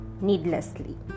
needlessly